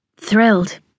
Thrilled